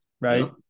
Right